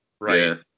Right